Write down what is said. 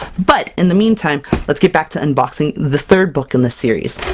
but in the meantime, let's get back to unboxing the third book in the series!